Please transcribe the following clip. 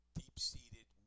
deep-seated